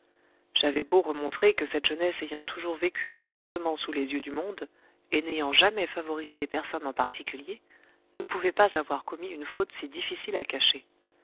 j'avais beau remontrer que cette jeunesse ayant toujours vécu ouvertement sous les yeux du monde et n'ayant jamais favorisé personne en particulier ne pouvait pas avoir commis une faute si difficile à cacher